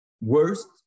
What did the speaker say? worst